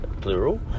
plural